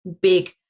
big